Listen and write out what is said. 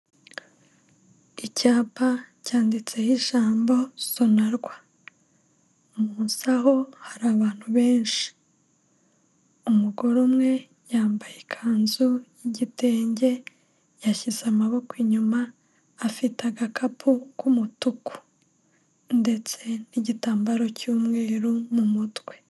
Icyapa cyanditseho ijambo sonarwa. Munsi aho hari abantu benshi. Umugore umwe yambaye ikanzu y'igitenge yashyize amaboko inyuma afite agakapu k'umutuku ndetse n'igitambaro cy'umweru mu mutwe.